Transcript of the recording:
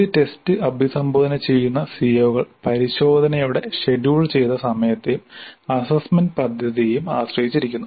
ഒരു ടെസ്റ്റ് അഭിസംബോധന ചെയ്യുന്ന സിഒകൾ പരിശോധനയുടെ ഷെഡ്യൂൾ ചെയ്ത സമയത്തെയും അസ്സസ്സ്മെന്റ് പദ്ധതിയെയും ആശ്രയിച്ചിരിക്കുന്നു